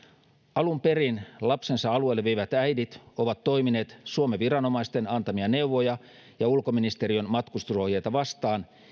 alun perin lapsensa alueelle vieneet äidit ovat toimineet suomen viranomaisten antamia neuvoja ja ulkoministeriön matkustusohjeita vastaan